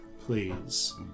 please